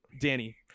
danny